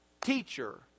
teacher